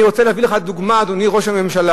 אני רוצה להביא לך דוגמה, אדוני ראש הממשלה,